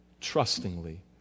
trustingly